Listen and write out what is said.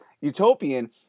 Utopian